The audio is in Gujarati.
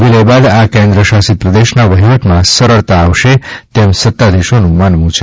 વિલય બાદ આ કેન્દ્ર શાસિત પ્રદેશના વહીવટમાં સરળતા આવશે એમ સત્તાધીશોનું માનવું છે